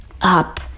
up